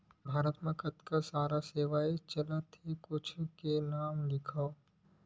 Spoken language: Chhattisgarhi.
भारत मा कतका सारा सेवाएं चलथे कुछु के नाम लिखव?